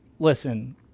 Listen